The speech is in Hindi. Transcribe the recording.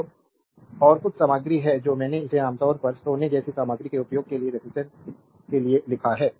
तो और कुछ सामग्री हैं जो मैंने इसे आमतौर पर सोने जैसी सामग्री के उपयोग के लिए रेजिस्टेंस कता के लिए लिखा है